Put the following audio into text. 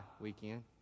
weekend